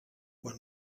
quan